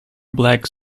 black